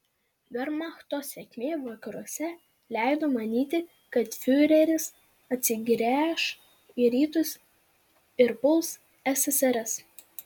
vermachto sėkmė vakaruose leido manyti kad fiureris atsigręš į rytus ir puls ssrs